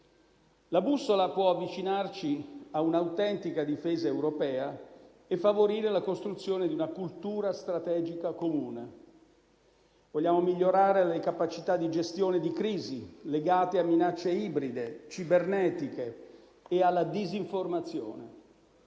La bussola può avvicinarci a un'autentica difesa europea e favorire la costruzione di una cultura strategica comune. Vogliamo migliorare le capacità di gestione di crisi legate a minacce ibride, cibernetiche e alla disinformazione,